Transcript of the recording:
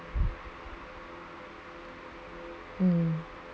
um